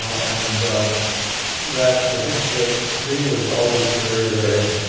and that, i think, lee was always very, very